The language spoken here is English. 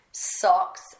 Socks